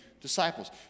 disciples